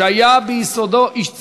שהיה ביסודו איש צבא: